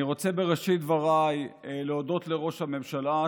אני רוצה בראשית דבריי להודות לראש הממשלה,